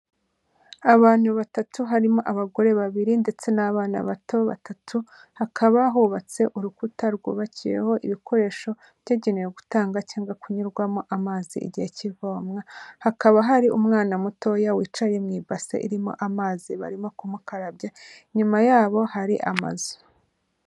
Abantu batatu harimo abagore babiri ndetse n'abana bato batatu hakaba hubatse urukuta rwubakiyeho ibikoresho byagenewe gutanga cyangwa kunyurwamo amazi igihe cy'ivomwa, hakaba hari umwana mutoya wicaye mu ibase irimo amazi barimo kumukarabya, inyuma yabo hari amazu.